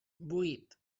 vuit